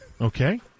Okay